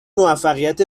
موفقیت